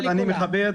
אני אבקש,